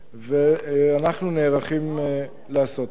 ואנחנו נערכים לעשות את זה.